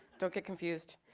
don't get confused.